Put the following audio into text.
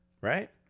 Right